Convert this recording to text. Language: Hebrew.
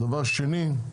דבר שני,